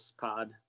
pod